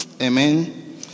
Amen